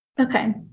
Okay